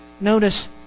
Notice